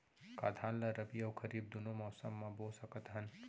का धान ला रबि अऊ खरीफ दूनो मौसम मा बो सकत हन?